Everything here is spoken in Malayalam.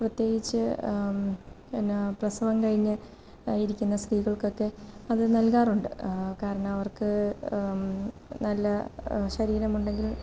പ്രത്യേകിച്ച് എന്നാ പ്രസവം പിന്നെ കഴിഞ്ഞു ഇരിക്കുന്ന സ്ത്രീകൾക്കൊക്കെ അത് നാൽകാറുണ്ട് കാരണം അവർക്ക് നല്ല ശരീരം ഉണ്ടെങ്കിൽ